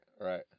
Right